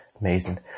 Amazing